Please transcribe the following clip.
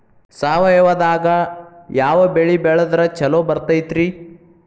ಸಾವಯವದಾಗಾ ಯಾವ ಬೆಳಿ ಬೆಳದ್ರ ಛಲೋ ಬರ್ತೈತ್ರಿ?